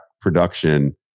production